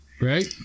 Right